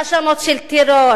האשמות של טרור